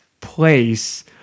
place